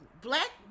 black